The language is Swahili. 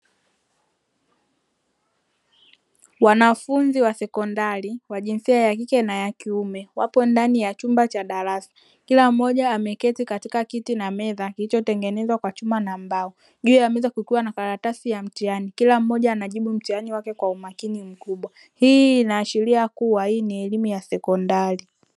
Wanafunzi wa sekondari wa jinsia ya kike na kiume; wapo ndani ya chumba cha darasa. Kila mmoja ameketi katika kiti na meza kilichotengenezwa kwa chuma na mbao. Juu ya meza kukiwa na karatasi ya mtihani, kila mmoja anajibu mtihani wake kwa umakini mkubwa. Hii inaashiria kuwa hii ni elimu ya sekondari.